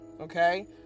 okay